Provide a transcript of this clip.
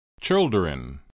children